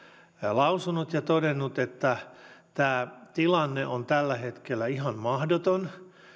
lausunut ja todennut että tämä tilanne on tällä hetkellä ihan mahdoton